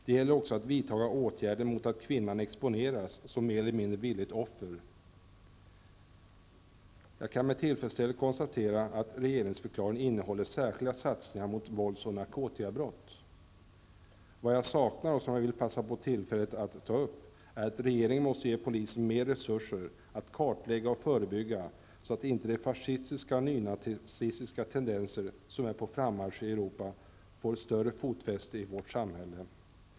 Det gäller också att vidta åtgärder mot att kvinnor exponeras som mer eller mindre villiga offer. Jag kan med tillfredsställelse konstatera att regeringsförklaringen innehåller särskilda satsningar mot vålds och narkotikabrott. Vad jag saknar, och som jag vill passa på tillfället att ta upp, är att regeringen måste ge polisen mer resurser att kartlägga och förebygga så att inte de fascistiska och nynazistiska tendenser som är på frammarsch i Europa får större fotfäste i vårt samhälle.